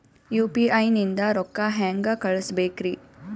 UPI ನಿಂದ ರೊಕ್ಕ ಹೆಂಗ ಕಳಸಬೇಕ್ರಿ?